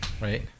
right